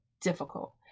difficult